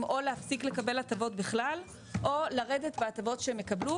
או להפסיק לקבל הטבות בכלל או לרדת בהטבות שהם יקבלו